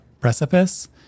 precipice